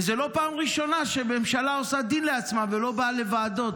וזו לא פעם ראשונה שממשלה עושה דין לעצמה ולא באה לוועדות.